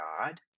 god